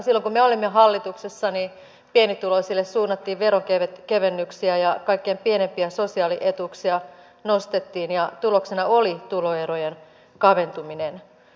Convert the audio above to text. silloin kun me olimme hallituksessa pienituloisille suunnattiin veronkevennyksiä ja kaikkein pienimpiä sosiaalietuuksia nostettiin ja tuloksena oli tuloerojen kaventuminen